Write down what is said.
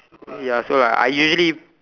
ya so like I usually